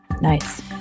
Nice